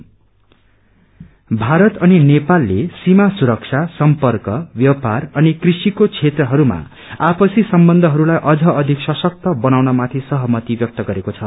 Indo Nepal Bharat अनि नेपालले सीमा सुरक्षा सम्पर्क व्यापार अनि कृषिको क्षेत्रहरूमा आपसी सम्वन्यहरूलाई अझ अधिक सशक्त बनाउन माथि सहमति व्यक्त गरेको छ